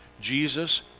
Jesus